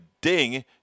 ding